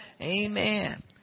Amen